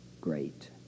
great